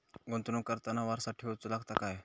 गुंतवणूक करताना वारसा ठेवचो लागता काय?